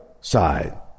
side